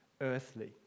earthly